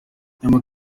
nyamara